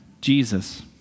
Jesus